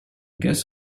guess